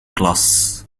klas